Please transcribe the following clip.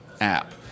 app